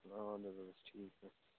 اَہَن حظ ٹھیک حَظ